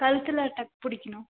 கழுத்துல டக் பிடிக்கணும்